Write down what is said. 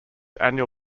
annual